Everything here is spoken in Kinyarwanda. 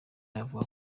avuga